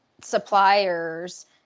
suppliers